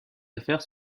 affaires